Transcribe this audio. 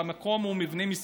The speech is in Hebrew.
אני לא חושב שהגיעו,